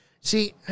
See